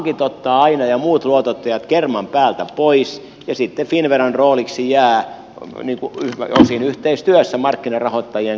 pankit ja muut luotottajat ottavat aina kerman päältä pois ja sitten finnveran rooliksi jää osin yhteistyössä markkinarahoittajien kanssa hoidella ne loput